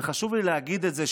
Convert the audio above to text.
וחשוב לי להגיד את זה,